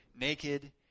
naked